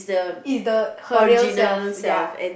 is the her real self ya